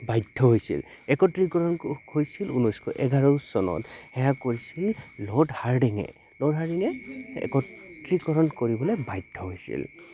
বাধ্য হৈছিল একত্ৰিকৰণ হৈছিল ঊনৈছশ এঘাৰ চনত সেয়া কৰিছিল ল'ৰ্ড হাৰ্ডিঙে ল'ৰ্ড হাৰ্ডঙে একত্ৰিকৰণ কৰিবলৈ বাধ্য হৈছিল